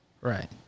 right